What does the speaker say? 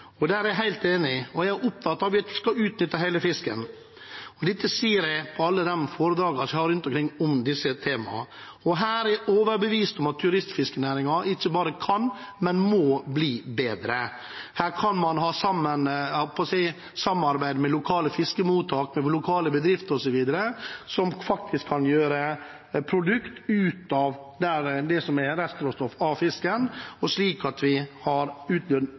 ressursuttak. Der er jeg helt enig, og jeg er opptatt av at man skal utnytte hele fisken. Dette sier jeg på alle foredragene jeg har rundt omkring om disse temaene. Her er jeg overbevist om at turistfiskenæringen ikke bare kan, men må bli bedre. Her kan man ha samarbeid med lokale fiskemottak, med lokale bedrifter osv., som faktisk kan gjøre et produkt ut av restråstoffet av fisken, slik at vi